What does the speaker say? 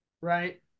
right